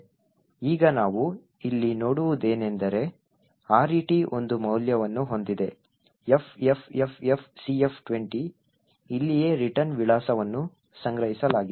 ಈಗ ನಾವು ಇಲ್ಲಿ ನೋಡುವುದೇನೆಂದರೆ RET ಒಂದು ಮೌಲ್ಯವನ್ನು ಹೊಂದಿದೆ FFFFCF20 ಇಲ್ಲಿಯೇ ರಿಟರ್ನ್ ವಿಳಾಸವನ್ನು ಸಂಗ್ರಹಿಸಲಾಗಿದೆ